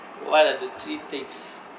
what are the three things